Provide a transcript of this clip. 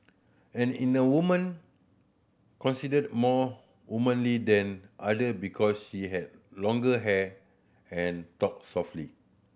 and in the woman considered more womanly than other because she has longer hair and talks softly